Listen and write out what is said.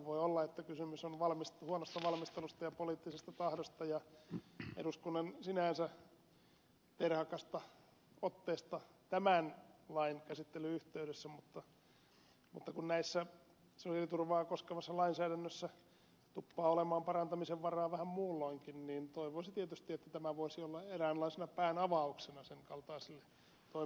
voi olla että kysymys on huonosta valmistelusta ja poliittisesta tahdosta ja eduskunnan sinänsä terhakasta otteesta tämän lain käsittelyn yhteydessä mutta kun tässä sosiaaliturvaa koskevassa lainsäädännössä tuppaa olemaan parantamisen varaa vähän muulloinkin niin toivoisi tietysti että tämä voisi olla eräänlaisena päänavauksena senkaltaisiin on